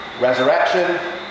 Resurrection